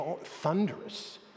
thunderous